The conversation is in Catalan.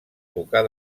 tocar